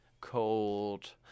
cold